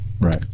Right